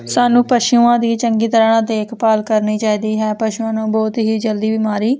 ਸਾਨੂੰ ਪਸ਼ੂਆਂ ਦੀ ਚੰਗੀ ਤਰ੍ਹਾਂ ਦੇਖਭਾਲ ਕਰਨੀ ਚਾਹੀਦੀ ਹੈ ਪਸ਼ੂਆਂ ਨੂੰ ਬਹੁਤ ਹੀ ਜਲਦੀ ਬਿਮਾਰੀ